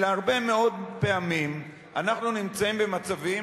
אלא הרבה מאוד פעמים אנחנו נמצאים במצבים